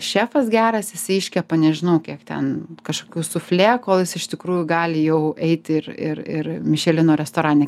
šefas geras jisai iškepa nežinau kiek ten kažkokių suflė kol jis iš tikrųjų gali jau eit ir ir ir mišelino restorane